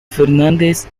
fernández